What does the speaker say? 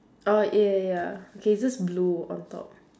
oh ya ya ya okay it's just blue on top